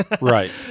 right